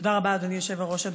תודה רבה, אדוני היושב-ראש.